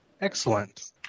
Excellent